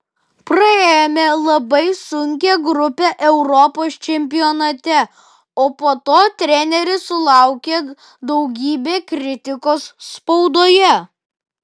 praėjome labai sunkią grupę europos čempionate o po to treneris sulaukė daugybę kritikos spaudoje